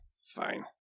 fine